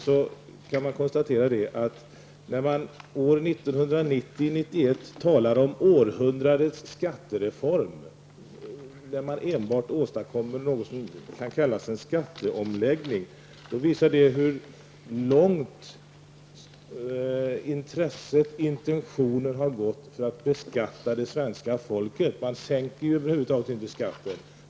Att år 1990 och 1991 talar om århundradets skattereform, när man enbart åstadkommer något som kan kallas en skatteomläggning, visar hur långt man gått i sina intentioner att beskatta det svenska folket. Man sänker över huvud taget inte skatten.